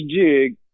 jig